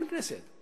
אין כנסת.